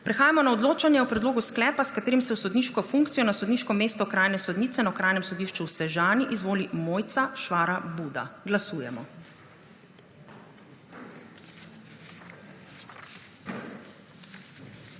prehajamo na odločanje o predlogu sklepa, s katerim se v sodniško funkcijo na sodniško mesto okrajne sodnice na Okrajnem sodišču v Sežani izvoli Mojca Švara Buda. Glasujemo.